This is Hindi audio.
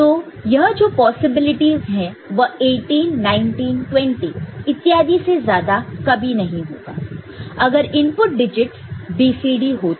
तो यह जो पॉसिबिलिटीस है वह 18 19 20 इत्यादि से ज्यादा कभी नहीं होगा अगर इनपुट डिजिटस BCD हो तो